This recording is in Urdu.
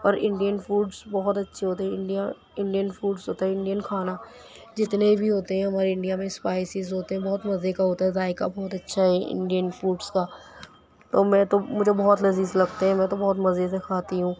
اور انڈین فوڈس بہت اچھے ہوتے ہیں انڈیا انڈین فوڈس ہوتا ہے انڈین کھانا جتنے بھی ہوتے ہیں وہ ہمارے انڈیا میں اسپائسیز ہوتے ہیں بہت مزے کا ہوتا ہے ذائقہ بہت اچھا ہے انڈین فوڈس کا تو میں تو مجھے بہت لذیذ لگتے ہیں میں تو بہت مزے سے کھاتی ہوں